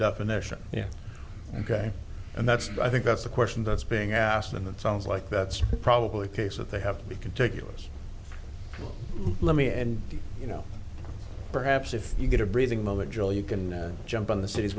definition yeah ok and that's i think that's the question that's being asked and that sounds like that's probably a case of they have to be contiguous let me and you know perhaps if you get a briefing mojo you can jump on the city's